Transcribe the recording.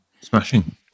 Smashing